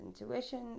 intuition